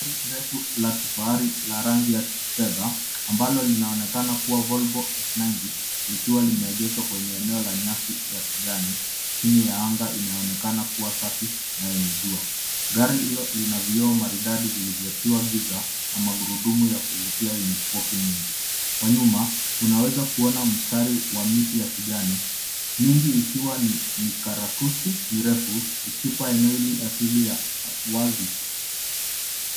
Gari la kifahari na rangi ya kifedha ambalo linaonekana kuwa Volvo s90 ikiwa limeegeshwa kwenye eneo la nyasi ya kijani chini ya anga inaonekana kuwa safi na yenye jua, gari hilo lina vioo maridadi vilivyotiwa giza na magurudumu ya kuvutia yenye spoki nyingi , kwa nyuma unaweza kuona mstari wa miti ya kijani mingi ikiwa ni vikaratusi mrefu ikipa eneo hili asili ya wazi.